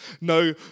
no